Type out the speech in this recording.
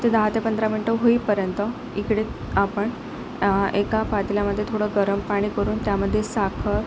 दहा ते पंधरा मिनटं होईपर्यंत इकडे आपण एका पातेल्यामध्ये थोडं गरम पाणी करून त्यामध्ये साखर